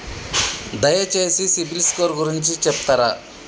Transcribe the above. దయచేసి సిబిల్ స్కోర్ గురించి చెప్తరా?